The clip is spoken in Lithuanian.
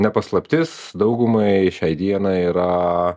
ne paslaptis daugumai šiai dienai yra